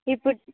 ఇప్పుడు